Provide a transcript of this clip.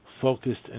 focused